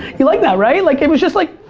you like that, right? like it was just like,